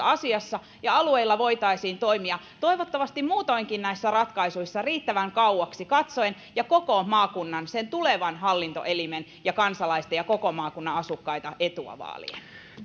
asiassa ja alueilla voitaisiin toimia kuten toivottavasti muutoinkin näissä ratkaisuissa riittävän kauaksi katsoen ja koko maakunnan sen tulevan hallintoelimen ja kansalaisten ja koko maakunnan asukkaitten etua vaalien